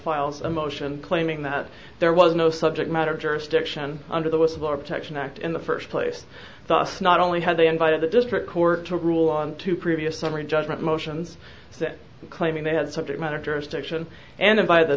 filed a motion claiming that there was no subject matter jurisdiction under the whistleblower protection act in the first place not only had they invited the district court to rule on two previous summary judgment motions claiming they had subject matters to action and by the